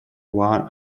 one